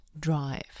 drive